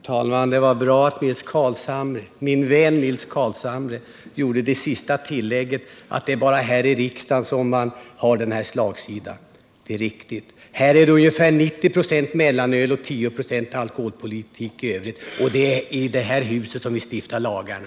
Herr talman! Det var bra att min vän Nils Carlshamre i sin replik avslutade med att det bara är här i riksdagen som det råder slagsida. Det är riktigt. I detta hus cirkulerar debatten till 90 2» omkring mellanöl och till 10 ?» omkring alkoholpolitiken i övrigt, men det är här som vi stiftar lagarna.